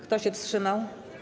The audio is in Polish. Kto się wstrzymał?